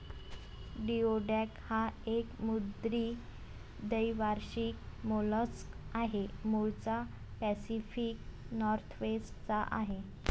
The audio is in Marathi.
जिओडॅक हा एक समुद्री द्वैवार्षिक मोलस्क आहे, मूळचा पॅसिफिक नॉर्थवेस्ट चा आहे